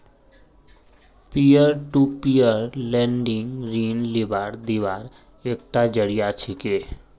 peer to peer lending ऋण लीबार दिबार एकता जरिया छिके